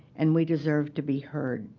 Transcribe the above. and we deserve to be heard.